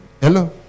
hello